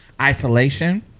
isolation